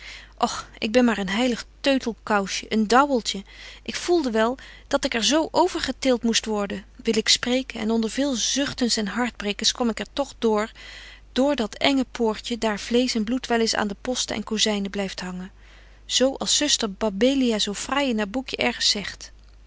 och ik ben maar een heilig teutelkousje een dauweltje ik voelde wel dat ik er zo over getilt moest worden wil ik spreken en onder veel zuchtens en hartbrekens kwam ik er toch door door dat enge poortje daar vleesch en bloed wel eens aan de posten en kozynen blyft hangen zo als zuster babbelia zo fraai in haar boekje ergens zegt